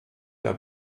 der